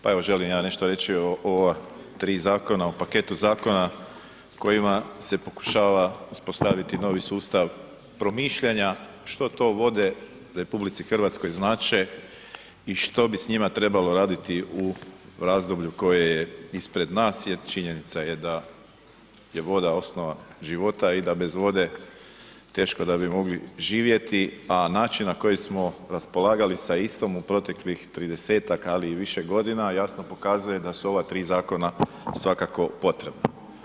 Pa evo želim ja nešto reći o ova tri zakona, o paketu zakona kojima se pokušava uspostaviti novi sustav promišljanja što to vode RH znače i što bi s njima trebalo raditi u razdoblju koje je ispred nas jer činjenica je da voda osnova života i da bez vode teško da bi mogli živjeti, a način na koji smo raspolagali sa istom u proteklih 30-tak ali i više godina jasno pokazuje da su ova tri zakona svakako potrebna.